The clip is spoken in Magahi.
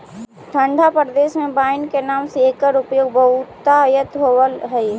ठण्ढा प्रदेश में वाइन के नाम से एकर उपयोग बहुतायत होवऽ हइ